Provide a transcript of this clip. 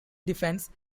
defense